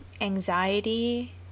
anxiety